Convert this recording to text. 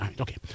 Okay